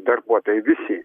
darbuotojai visi